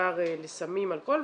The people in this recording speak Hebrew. בעיקר לסמים ואלכוהול.